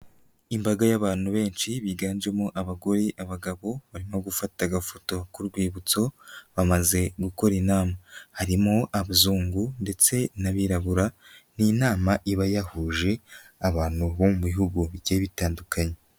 Imbaga y'abantu benshi biganjemo abagore, abagabo barimo gufata agafoto ku rwibutso, bamaze gukora inama, harimo abazungu ndetse n'abirabura, ni inama iba yahuje abantu bo mu bihugu bigiye bitandukanye.